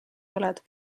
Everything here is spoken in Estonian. oled